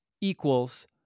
equals